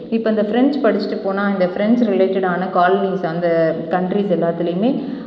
இப்போ இந்த ஃப்ரெஞ்ச் படிச்சுட்டு போனால் இந்த ஃப்ரெஞ்ச் ரிலேட்டடான காலனிஸ் அந்த கண்ட்ரீஸ் எல்லாத்துலேயுமே